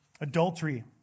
Adultery